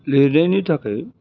लिरनायनि थाखै